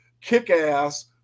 kick-ass